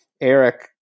Eric